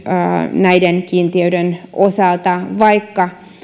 näiden kiintiöiden osalta vaikka